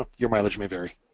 ah your mileage may vary.